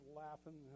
laughing